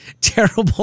Terrible